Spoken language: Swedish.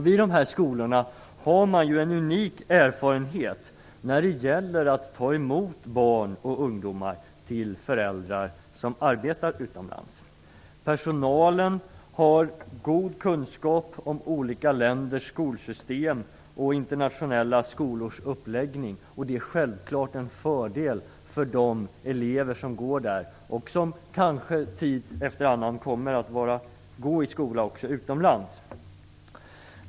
Vid dessa skolor har man en unik erfarenhet när det gäller att ta emot ungdomar som är barn till svenskar som arbetar utomlands. Personalen har god kunskap om olika länders skolsystem och internationella skolors uppläggning, och det är självklart en fördel för de elever som går där och som kanske tid efter annan kommer att gå i skola också utomlands.